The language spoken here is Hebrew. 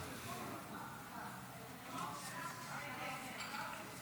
ההצעה להעביר את הנושא